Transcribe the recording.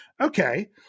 Okay